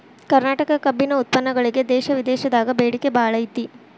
ಕರ್ನಾಟಕ ಕಬ್ಬಿನ ಉತ್ಪನ್ನಗಳಿಗೆ ದೇಶ ವಿದೇಶದಾಗ ಬೇಡಿಕೆ ಬಾಳೈತಿ